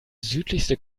südlichste